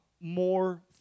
more